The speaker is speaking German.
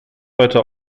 weiter